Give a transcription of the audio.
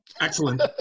Excellent